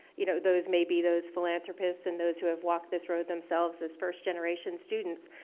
you know, those may be those philanthropists and those who have walked this road themselves as first generation students.